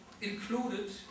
included